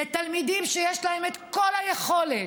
לתלמידים שיש להם את כל היכולת